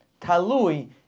Talui